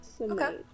Okay